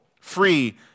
free